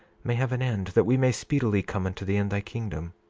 may have an end, that we may speedily come unto thee in thy kingdom.